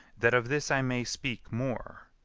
that of this i may speak more.